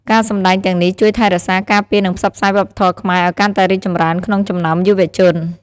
ការសម្តែងទាំងនេះជួយថែរក្សា ការពារ និងផ្សព្វផ្សាយវប្បធម៌ខ្មែរឱ្យកាន់តែរីកចម្រើនក្នុងចំណោមយុវជន។